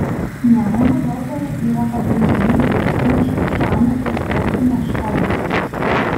nemuno deltoje yra pagrindinės didstinčių šamų ir sterkų nerštavietės